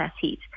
heat